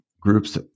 groups